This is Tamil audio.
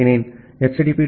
HTTP 2 HTTP 1